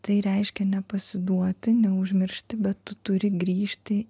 tai reiškia nepasiduoti neužmiršti bet tu turi grįžti